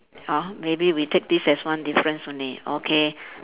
uh maybe we take this as one difference only okay